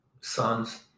sons